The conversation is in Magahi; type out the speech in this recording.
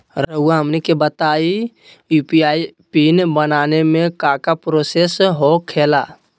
रहुआ हमनी के बताएं यू.पी.आई पिन बनाने में काका प्रोसेस हो खेला?